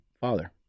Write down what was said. father